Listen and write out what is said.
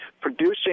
producing